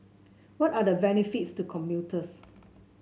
what are the benefits to commuters